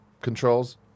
controls